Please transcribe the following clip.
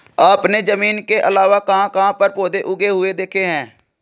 आपने जमीन के अलावा कहाँ कहाँ पर पौधे उगे हुए देखे हैं?